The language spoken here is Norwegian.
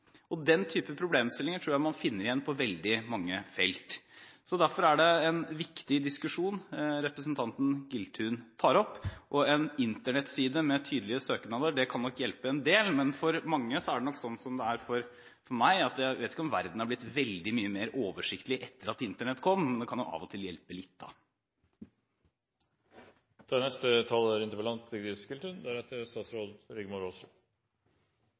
det. Den type problemstillinger tror jeg man finner igjen på veldig mange felt. Derfor er det en viktig diskusjon representanten Giltun tar opp. En Internett-side med tydelige søknader kan hjelpe en del, men for mange er det nok slik som det er for meg: Jeg vet ikke om verden er blitt veldig mye mer oversiktlig etter at Internett kom, men det kan av og til hjelpe litt. Først vil jeg takke Torbjørn Røe Isaksen for et innlegg som jeg synes det var veldig greit å høre på. Jeg er